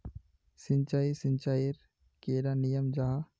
सिंचाई सिंचाईर कैडा नियम जाहा?